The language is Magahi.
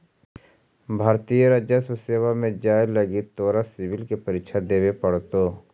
भारतीय राजस्व सेवा में जाए लगी तोरा सिवल के परीक्षा देवे पड़तो